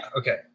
okay